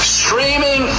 streaming